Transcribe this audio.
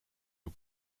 heb